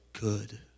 good